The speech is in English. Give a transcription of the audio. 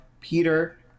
Peter